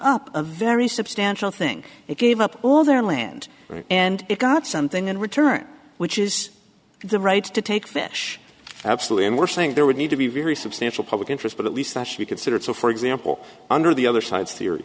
up a very substantial thing it gave up all their land and it got something in return which is the right to take fish absolutely and we're saying there would need to be very substantial public interest but at least that she considered so for example under the other side's